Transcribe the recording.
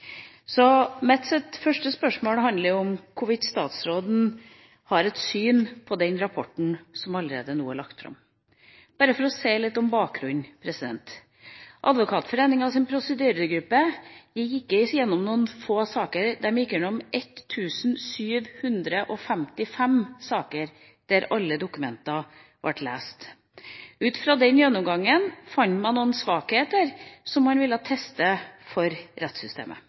Så mitt første spørsmål er hvorvidt statsråden har et syn på den rapporten som allerede nå er lagt fram. Bare for å si litt om bakgrunnen: Advokatforeningens prosedyregruppe gikk ikke bare gjennom noen få saker; de gikk gjennom 1 755 saker, der alle dokumentene ble lest. Ut fra den gjennomgangen fant man noen svakheter som man ville teste for rettssystemet.